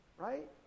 Right